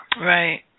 right